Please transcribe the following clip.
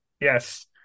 Yes